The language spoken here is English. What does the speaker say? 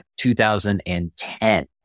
2010